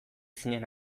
zinen